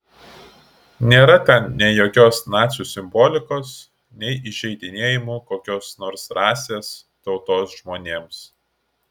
nėra ten nei jokios nacių simbolikos nei įžeidinėjimų kokios nors rasės tautos žmonėms